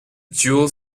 dual